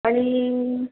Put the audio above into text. आणि